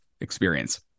experience